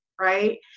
right